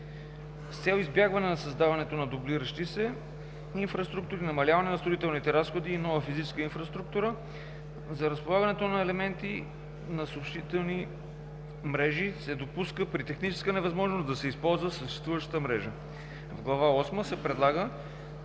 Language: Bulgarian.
С цел избягване на създаването на дублиращи се инфраструктури, намаляване на строителните разходи и нова физическа инфраструктура, за разполагането на елементи на съобщителни мрежи се допуска при техническа невъзможност да се използва съществуващата мрежа. В Глава осма се предлага